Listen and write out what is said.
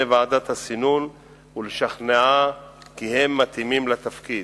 ועדת הסינון ולשכנעה כי הם מתאימים לתפקיד.